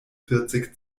vierzig